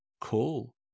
cool